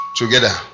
together